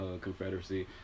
confederacy